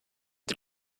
did